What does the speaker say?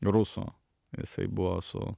rusų jisai buvo su